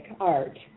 art